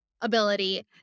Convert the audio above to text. ability